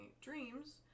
dreams